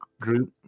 group